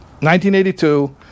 1982